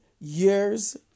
years